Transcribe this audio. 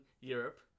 Europe